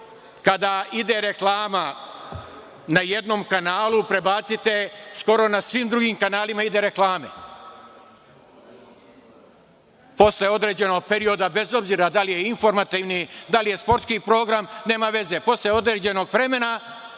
kada ide reklama na jednom kanalu, prebacite, skoro na svim drugim kanalima idu reklame. Posle određenog perioda, bez obzira da li je informativni, da li je sportski program, nema veze, posle određenog vremena